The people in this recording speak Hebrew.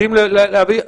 יודעים להעריך?